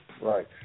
Right